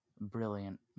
brilliant